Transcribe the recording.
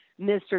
Mr